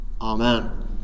Amen